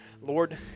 Lord